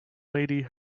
lady